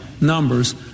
numbers